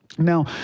Now